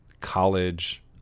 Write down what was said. college